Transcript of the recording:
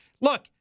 Look